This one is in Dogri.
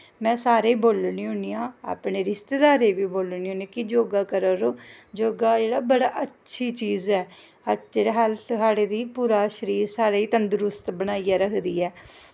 में सारें गी बोलनी होन्नी आं अपने रिश्तेदारें गी बी बोलनी होन्नी आं कि योगा करा करो योगा जेह्ड़ा बड़ी अच्छी चीज ऐ जेह्ड़ा हैल्थ साढ़ी गी पूरा तंदरुस्त बनाइयै रखदी ऐ